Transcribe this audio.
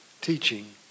teaching